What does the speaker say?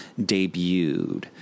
debuted